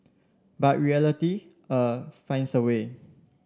but reality uh finds a way